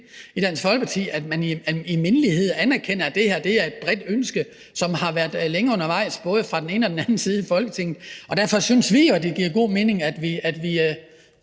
i Dansk Folkeparti i hvert fald, at man i mindelighed anerkender, at det her er et bredt ønske, som har været længe undervejs, både fra den ene og den anden side i Folketinget. Derfor synes vi jo, at det giver god mening, at vi